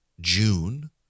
June